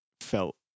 felt